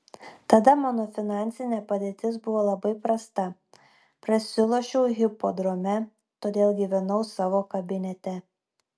tada mano finansinė padėtis buvo labai prasta prasilošiau hipodrome todėl gyvenau savo kabinete